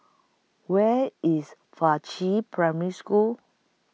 Where IS Faqi Primary School